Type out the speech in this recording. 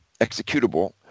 executable